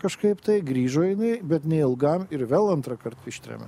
kažkaip tai grįžo jinai bet neilgam ir vėl antrąkart ištremė